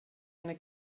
eine